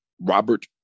robert